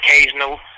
occasional